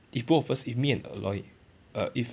if both of us if me and aloy err if